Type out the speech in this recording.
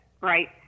right